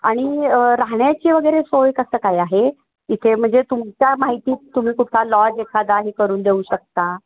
आणि राहण्याची वगैरे सोय कसं काय आहे इथे म्हणजे तुमच्या माहितीत तुम्ही कुठला लॉज एखादा हे करून देऊ शकता